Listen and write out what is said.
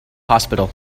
hospital